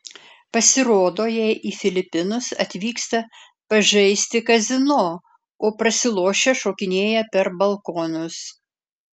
pasirodo jie į filipinus atvyksta pažaisti kazino o prasilošę šokinėja per balkonus